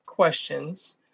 Questions